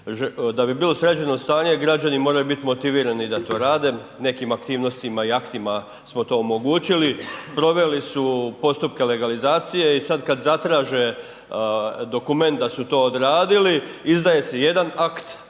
Da bi bilo sređeno stanje, građani moraju biti motivirani da to rade, nekim aktivnostima i aktima smo to omogućili, proveli su postupke legalizacije i sad kad zatraže dokument da su to odradili, izdaje se jedan akt